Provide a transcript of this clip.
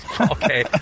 Okay